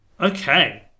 Okay